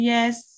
Yes